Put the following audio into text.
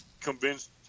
convinced